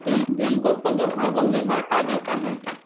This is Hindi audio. बैंकों को दो भागों मे बांटा जाता है